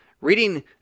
reading